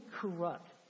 corrupt